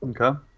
Okay